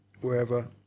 wherever